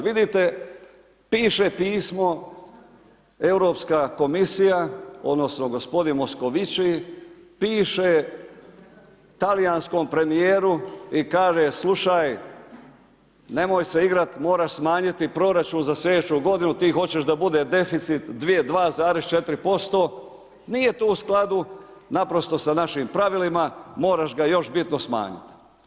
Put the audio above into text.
Vidite, piše pismo Europska Komisija odnosno gospodin Moscovici, piše talijanskom premijeru i kaže, slušaj, nemoj se igrati, moraš smanjiti proračun za slijedeću godinu, ti hoćeš da bude deficit 2,4%, nije to u skladu naprosto s našim Pravilima, moraš ga još bitno smanjiti.